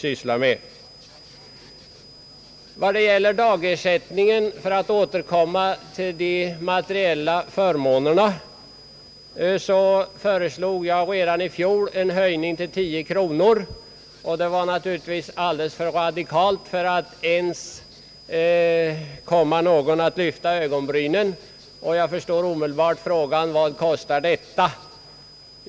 Beträffande dagersättningen — för att återkomma till de materiella förmånerna — föreslog jag redan i fjol en höjning till 10 kronor. Det var naturligtvis alldeles för radikalt för att ens någon skulle lyfta ögonbrynen, och jag förstår att man omedelbart frågar vad detta kostar.